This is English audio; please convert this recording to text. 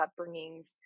upbringings